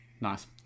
Nice